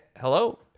hello